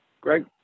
Greg